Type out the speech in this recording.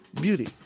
beauty